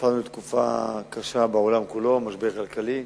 עברנו תקופה קשה בעולם כולו, משבר כלכלי,